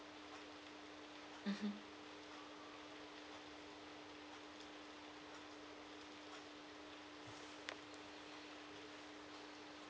mmhmm